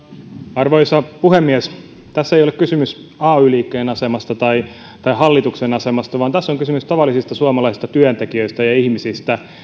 arvoisa puhemies tässä ei ole kysymys ay liikkeen asemasta tai hallituksen asemasta vaan tässä on kysymys tavallisista suomalaisista työntekijöistä ja ihmisistä